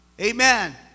amen